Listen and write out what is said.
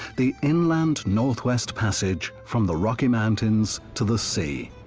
the inland northwest passage from the rocky mountains to the sea.